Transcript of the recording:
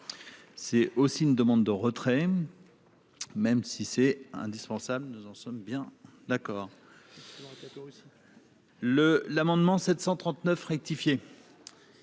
c'est aussi une demande de retrait, même si c'est indispensable, nous en sommes bien d'accord. C'est que enquête